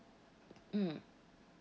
mm